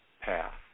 path